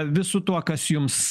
visu tuo kas jums